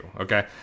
okay